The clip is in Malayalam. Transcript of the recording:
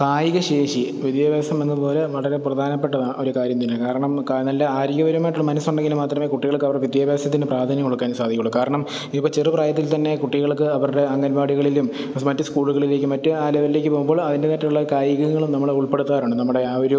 കായികശേഷി വിദ്യാഭ്യാസം എന്നതുപോലെ വളരെ പ്രധാനപ്പെട്ട ഒരു കാര്യം തന്നെയാണ് കാരണം നല്ല ആരോഗ്യപരമായിട്ടുള്ള മനസ്സുണ്ടെങ്കിൽ മാത്രമേ കുട്ടികൾക്ക് അവർ വിദ്യാഭ്യാസത്തിന് പ്രാധാന്യം കൊടുക്കാൻ സാധിക്കുകയുള്ളൂ കാരണം ഇപ്പം ചെറുപ്രായത്തിൽ തന്നെ കുട്ടികൾക്ക് അവരുടെ അംഗൻവാടികളിലും മറ്റു സ്കൂളുകളിലേക്ക് മറ്റ് ആ ലെവലിലേക്ക് പോകുമ്പോൾ അതിന്റേതായിട്ടുള്ള കായികളും നമ്മൾ ഉൾപ്പെടുത്താറുണ്ട് നമ്മുടെ ആ ഒരു